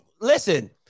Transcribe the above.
listen